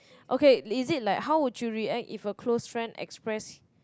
okay is it like how would you react if a close friend express